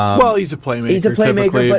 um well, he's a player. he's a playmaker, but